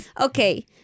Okay